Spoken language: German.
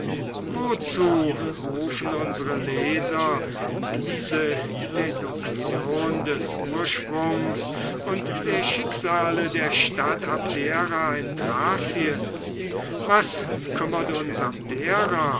wozu rufen unsre leser diese nichtsbedeutende deduction des ursprungs und der schicksale des städtchens abdera in thracien was kümmert uns abdera